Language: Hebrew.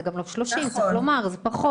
זה גם לא 30 מיליון, צריך לומר, זה פחות.